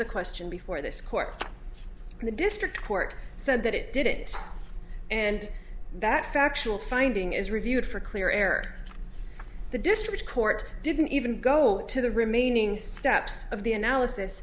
the question before this court and the district court said that it did it and that factual finding is reviewed for clear air the district court didn't even go to the remaining steps of the analysis